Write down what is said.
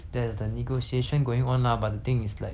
just 了解 lor like if not